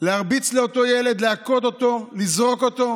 להרביץ לאותו ילד, להכות אותו, לזרוק אותו